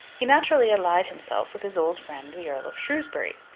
he naturally allied himself with his old friend the earl of shrewsbury,